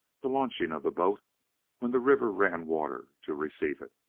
the launching of the boat when the river ran water to receive it.